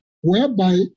whereby